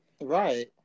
Right